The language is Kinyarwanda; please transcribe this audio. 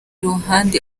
ruhande